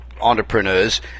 entrepreneurs